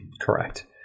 Correct